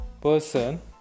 person